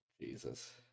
Jesus